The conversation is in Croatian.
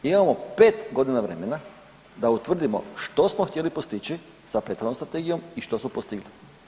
Mi imamo 5 godina vremena da utvrdimo što smo htjeli postići sa prethodnom strategijom i što smo postigli.